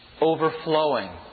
overflowing